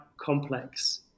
complex